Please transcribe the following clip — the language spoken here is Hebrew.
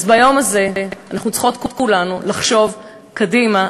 אז ביום הזה אנחנו צריכות כולנו לחשוב קדימה,